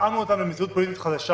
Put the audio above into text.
שהתאמנו אותם למציאות פוליטית חדשה,